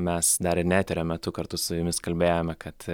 mes dar ne eterio metu kartu su jumis kalbėjome kad